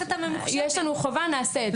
יש לנו חובה, נעשה את זה.